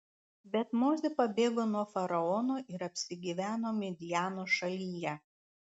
bet mozė pabėgo nuo faraono ir apsigyveno midjano šalyje